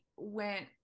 went